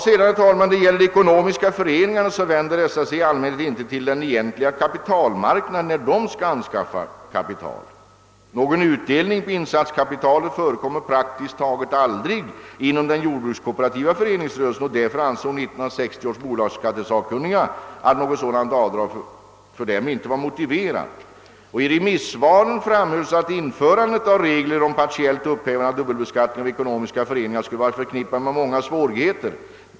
Så frågan om ekonomiska föreningar. Dessa vänder sig i allmänhet inte till den egentliga kapitalmarknaden för att anskaffa kapital. Någon utdelning på insatskapitalet förekommer praktiskt taget aldrig inom den jordbrukskooperativa föreningsrörelsen, och därför ansåg 1960 års bolagsskattesakkunniga att sådant avdrag inte var motiverat i detta sammanhang. I remissvaren framhölls att införande av regler om partiellt upphävande av dubbelbeskattning av ekonomiska föreningar skulle vara förknippat med många svårigheter.